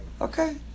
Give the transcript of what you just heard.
Okay